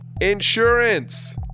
insurance